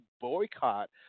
boycott